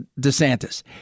DeSantis